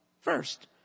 first